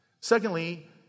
Secondly